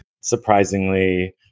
surprisingly